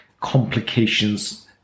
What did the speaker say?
complications